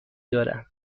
دارم